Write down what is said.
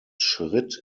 schritt